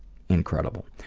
incredible.